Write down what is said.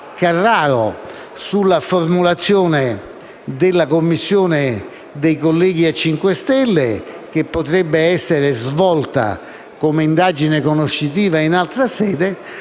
Carraro sulla formulazione della Commissione dei colleghi del Movimento 5 Stelle, che potrebbe essere svolta come indagine conoscitiva in altra sede.